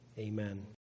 Amen